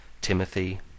Timothy